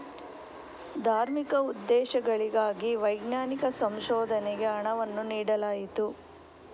ಧಾರ್ಮಿಕ ಉದ್ದೇಶಗಳಿಗಾಗಿ ವೈಜ್ಞಾನಿಕ ಸಂಶೋಧನೆಗೆ ಹಣವನ್ನು ನೀಡಲಾಯಿತು